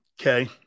Okay